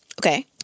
Okay